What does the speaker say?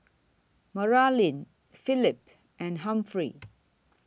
Maralyn Phillip and Humphrey